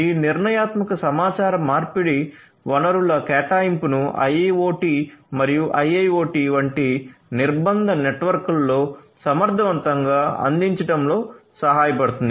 ఈ నిర్ణయాత్మక సమాచార మార్పిడివనరుల కేటాయింపును IoT మరియు IIoT వంటి నిర్బంధ నెట్వర్క్లలో సమర్ధవంతంగా అందించడంలో సహాయపడుతుంది